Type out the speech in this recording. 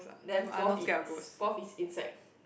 then fourth is insect